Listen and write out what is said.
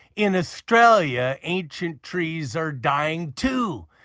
in australia, ancient trees are dying too.